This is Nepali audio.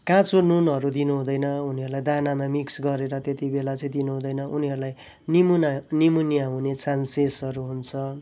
काँचो नुनहरू दिनु हुँदैन उनीहरूलाई दानामा मिक्स गरेर त्यति बेला चाहिँ दिनु हुँदैन उनीहरूलाई निमोनिया निमोनिया हुने चान्सेसहरू हुन्छ